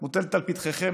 מוטלת על כתפיכם,